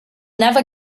never